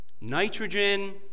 nitrogen